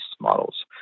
models